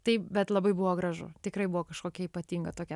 taip bet labai buvo gražu tikrai buvo kažkokia ypatinga tokia